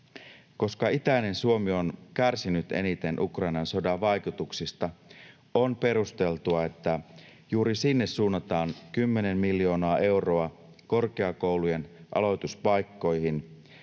Koska itäinen Suomi on kärsinyt eniten Ukrainan sodan vaikutuksista, on perusteltua, että juuri sinne suunnataan kymmenen miljoonaa euroa korkeakoulujen aloituspaikkoihin,